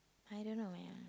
I don't know man